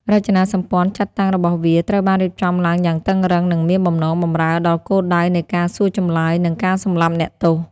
រចនាសម្ព័ន្ធចាត់តាំងរបស់វាត្រូវបានរៀបចំឡើងយ៉ាងតឹងរ៉ឹង និងមានបំណងបម្រើដល់គោលដៅនៃការសួរចម្លើយ និងការសម្លាប់អ្នកទោស។